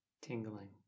tingling